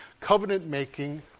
covenant-making